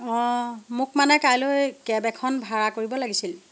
অ' মোক মানে কাইলৈ কেব এখন ভাড়া কৰিব লাগিছিল